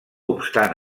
obstant